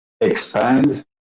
expand